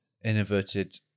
inverted